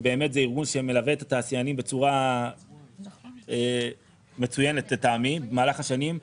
שבאמת זה ארגון שמלווה את התעשיינים בצורה מצוינת לטעמי במהלך השנים,